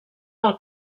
del